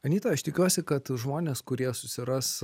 anita aš tikiuosi kad žmonės kurie susiras